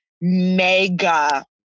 mega